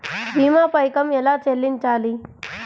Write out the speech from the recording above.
భీమా పైకం ఎలా చెల్లించాలి?